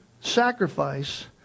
Sacrifice